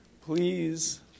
Please